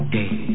day